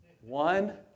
One